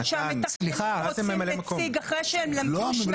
שהמתכננים רוצים נציג אחרי שהם למדו שנתיים.